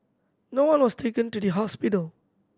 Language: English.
no one was taken to the hospital